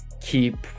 keep